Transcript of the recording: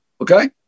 Okay